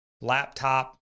laptop